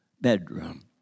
bedroom